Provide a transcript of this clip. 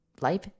life